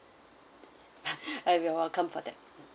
uh you're welcome for that